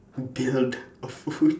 build a food